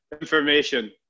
information